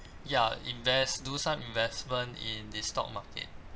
ya invest do some investment in the stock market